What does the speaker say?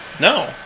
No